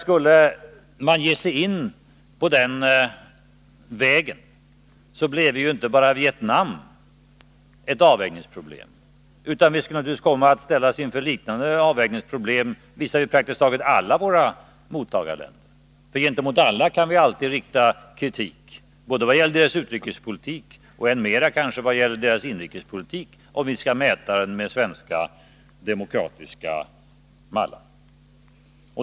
Skulle man ge sig in på den vägen, skulle vi komma att ställas inför liknande avvägningsproblem visavi praktiskt taget alla våra mottagarländer. Gentemot alla dessa länder kan vi nämligen alltid rikta kritik, både vad gäller deras utrikespolitik och kanske än mer vad gäller deras inrikespolitik, om vi skall mäta den med svenska demokratiska mallar.